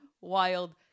wild